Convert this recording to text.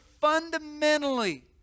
fundamentally